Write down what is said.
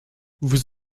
vous